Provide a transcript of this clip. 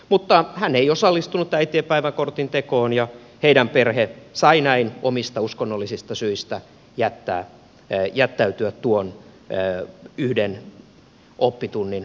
mutta hän ei osallistunut äitienpäiväkortin tekoon ja heidän perheensä sai näin omista uskonnollisista syistä jättäytyä tuon yhden oppitunnin ulkopuolelle